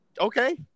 Okay